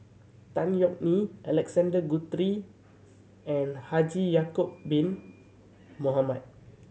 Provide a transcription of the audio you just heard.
Tan Yeok Nee Alexander Guthrie and Haji Ya'acob Bin Mohamed